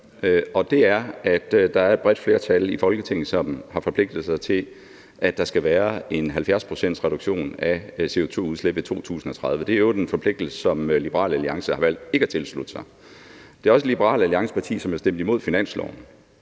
det er, at der er et bredt flertal i Folketinget, som har forpligtet sig til, at det skal være en 70-procentsreduktion af CO2-udslippet i 2030. Det er i øvrigt en forpligtelse, som Liberal Alliance har valgt ikke at tilslutte sig. Det er også Liberal Alliance, som har stemt imod finansloven,